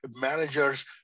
managers